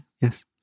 Yes